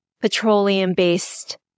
petroleum-based